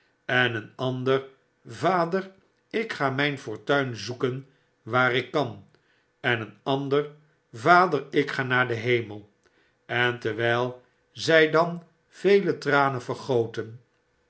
en een ander vader ik ga mijn fortuinzoeken waar ik kan en een ander vader ikga naar den hemel en terwyl zij dan veeltranen vergoten